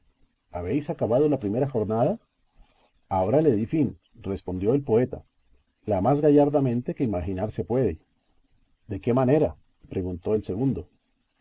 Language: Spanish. habéis acabado la primera jornada ahora le di fin respondió el poeta la más gallardamente que imaginarse puede de qué manera preguntó el segundo